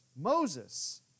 Moses